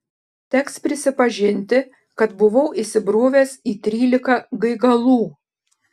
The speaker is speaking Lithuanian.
teks prisipažinti kad buvau įsibrovęs į trylika gaigalų